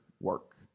work